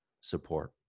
support